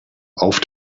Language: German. auf